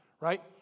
right